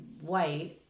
white